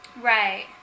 Right